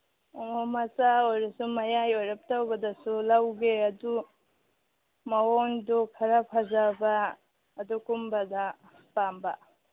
ꯑꯣ ꯃꯆꯥ ꯑꯣꯏꯔꯁꯨ ꯃꯌꯥꯏ ꯑꯣꯏꯔꯞ ꯇꯧꯕꯗꯁꯨ ꯂꯧꯒꯦ ꯑꯗꯨ ꯃꯑꯣꯡꯗꯨ ꯈꯔ ꯐꯖꯕ ꯑꯗꯨꯒꯨꯝꯕꯗ ꯄꯥꯝꯕ